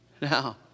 Now